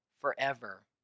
forever